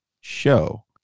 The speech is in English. show